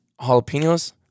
jalapenos